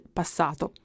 passato